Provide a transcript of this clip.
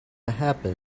happen